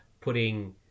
putting